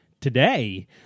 today